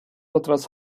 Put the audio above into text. otras